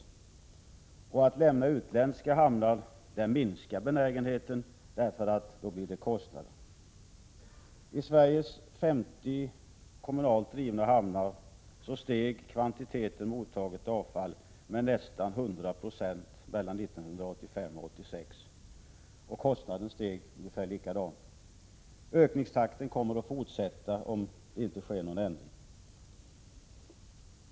Benägenheten att lämna i utländska hamnar minskar därför att det då blir kostnader. I Sveriges 50 kommunalt drivna hamnar steg kvantiteten mottaget avfall med nästan 100 96 om man jämför åren 1985 och 1986. Kostnaderna steg i motsvarande grad. Ökningstakten kommer att fortsätta om ingen ändring sker.